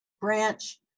branch